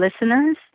listeners